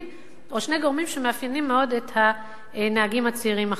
או שני גורמים שמאפיינים מאוד את הנהגים הצעירים החדשים.